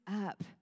up